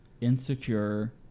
insecure